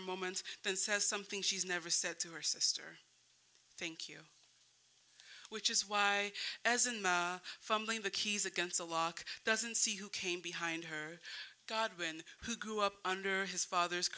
a moment and says something she's never said to her sister thank you which is why as a family in the keys against the law doesn't see who came behind her god when who grew up under his father's